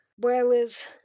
Whereas